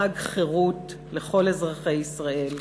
חג חירות לכל אזרחי ישראל.